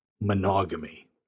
monogamy